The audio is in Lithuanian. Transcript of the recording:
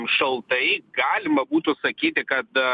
šaltai galima būtų sakyti kad